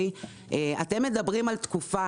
אתם מדברים על תקופה